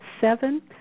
Seven